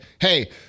hey